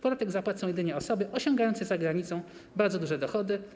Podatek zapłacą jedynie osoby osiągające za granicą bardzo duże dochody.